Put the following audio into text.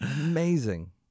Amazing